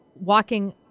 walking